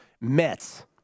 Mets